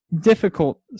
difficult